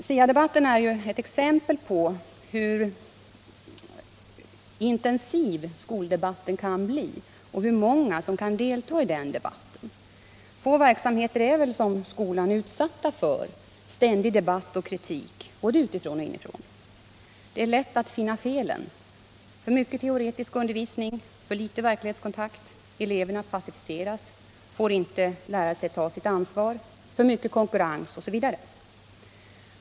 SIA-debatten är ju ett exempel på hur intensiv skoldebatten kan bli och hur många som kan delta i den debatten. Få verksamheter är som skolans utsatta för ständig debatt och kritik både utifrån och inifrån. Det är lätt att finna felen — för mycket teoretisk undervisning, för liten verklighetskontakt, eleverna passiviseras och får inte lära sig att ta sitt ansvar, för mycket konkurrens osv.